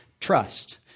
trust